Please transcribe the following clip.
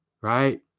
right